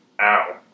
ow